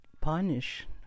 punish